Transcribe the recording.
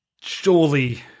Surely